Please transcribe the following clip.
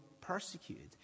persecuted